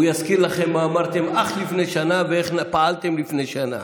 הוא יזכיר לכם מה אמרתם אך לפני שנה ואיך פעלתם לפני שנה.